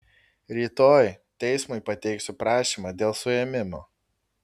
rytoj teismui pateiksiu prašymą dėl suėmimo